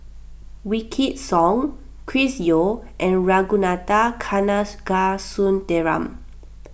Wykidd Song Chris Yeo and Ragunathar Kanagasuntheram